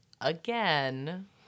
Again